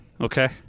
Okay